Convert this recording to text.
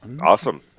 Awesome